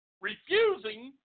refusing